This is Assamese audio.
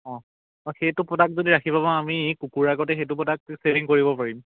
অঁ অঁ সেইটো প্ৰডাক্ট যদি ৰাখিব পাৰোঁ আমি কুকুৰা আগতে সেইটো প্ৰডাক্টটো চেভিং কৰিব পাৰিম